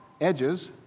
edges